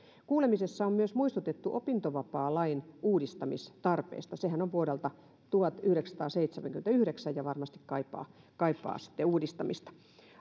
kuulemisessa on myös muistutettu opintovapaalain uudistamistarpeesta sehän on vuodelta tuhatyhdeksänsataaseitsemänkymmentäyhdeksän ja varmasti kaipaa kaipaa sitten uudistamista